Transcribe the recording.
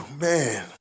man